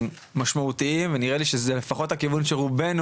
יש פה הרבה דברים משמעותיים ונראה לי שזה לפחות הכיוון שרובינו,